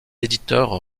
éditeurs